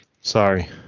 sorry